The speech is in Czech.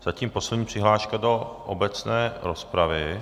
Zatím poslední přihláška do obecné rozpravy.